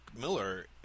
Miller